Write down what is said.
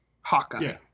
Hawkeye